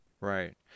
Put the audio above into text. Right